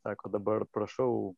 sako dabar prašau